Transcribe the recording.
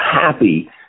happy